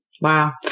Wow